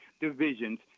divisions